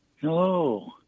Hello